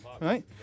right